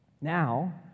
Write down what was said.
Now